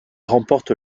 remporte